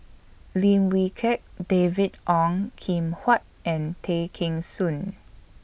Lim Wee Kiak David Ong Kim Huat and Tay Kheng Soon